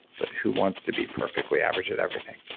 but who wants to be perfectly average at everything?